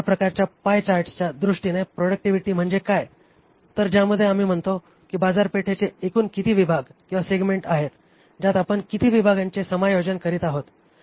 या प्रकारच्या पाय चार्टच्या दृष्टीने प्रॉडक्टिव्हिटी म्हणजे काय तर ज्यामध्ये आम्ही म्हणतो की बाजारपेठेचे किती एकूण विभाग सेगमेंट आहेत ज्यात आपण किती विभागांचे समायोजन करीत आहोत